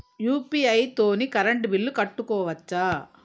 UPI తోని current bill కట్టుకోవచ్ఛా?